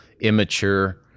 immature